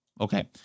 Okay